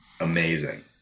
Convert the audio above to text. amazing